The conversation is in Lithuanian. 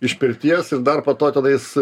iš pirties ir dar po to tenais